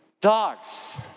dogs